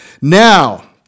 Now